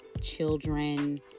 children